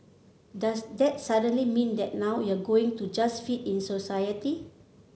does that suddenly mean that now you're going to just fit in society